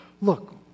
look